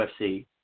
UFC